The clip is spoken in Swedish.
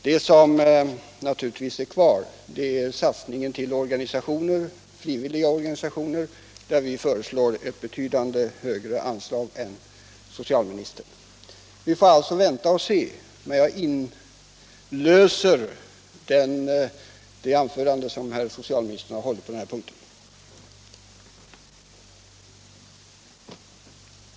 Vad som sedan fattas är naturligtvis satsningen på frivilliga organisationer, där vi föreslår ett betydligt större anslag än socialministern gör. Vi får alltså vänta och se, men jag tar fasta på det som socialministern har sagt på den här punkten i sitt anförande.